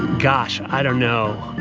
gosh, i don't know.